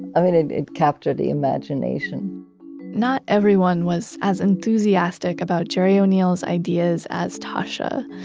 i mean it captured the imagination not everyone was as enthusiastic about gerry o'neill's ideas as tasha.